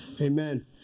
amen